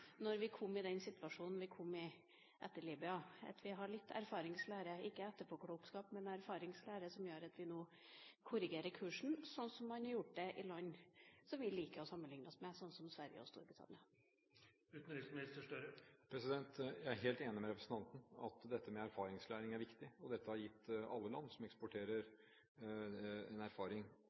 når vi kom i den situasjonen vi kom i etter Libya. Vi har vel litt, ikke etterpåklokskap, men erfaringslære som gjør at vi nå må korrigere kursen, slik man har gjort det i land vi liker å sammenligne oss med – som Sverige og Storbritannia. Jeg er helt enig med representanten i at dette med erfaringslæring er viktig, og dette har gitt alle land som eksporterer, en erfaring.